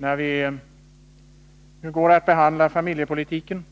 Herr talman! Det avsnitt av familjepolitiken